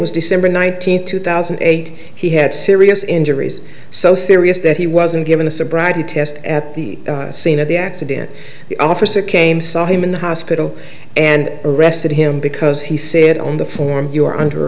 was december nineteenth two thousand and eight he had serious injuries so serious that he wasn't given a sobriety test at the scene of the accident the officer came saw him in the hospital and arrested him because he said on the form you are under